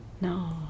No